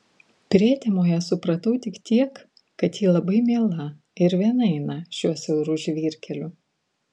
prietemoje supratau tik tiek kad ji labai miela ir viena eina šiuo siauru žvyrkeliu